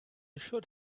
should